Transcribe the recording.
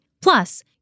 Plus